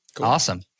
Awesome